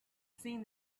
seen